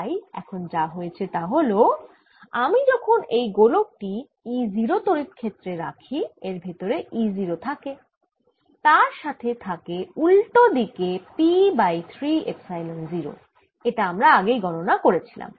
তাই এখন যা হয়েছে তা হল আমি যখন এই গোলক টি E 0 তড়িৎ ক্ষেত্রে রাখি এর ভেতরে E 0 থাকে তার সাথে থাকে উল্টো দিকে P বাই 3 এপসাইলন 0 এটা আমরা আগেই গণনা করেছিলাম